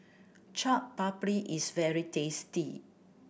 Chaat Papri is very tasty